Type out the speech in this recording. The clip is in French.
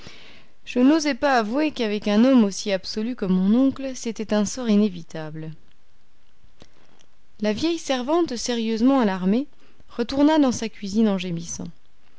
je n'osai pas avouer qu'avec un homme aussi absolu que mon oncle c'était un sort inévitable la vieille servante sérieusement alarmée retourna dans sa cuisine en gémissant